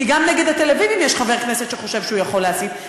כי גם נגד התל-אביבים יש חבר כנסת שחושב שהוא יכול להסית.